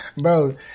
bro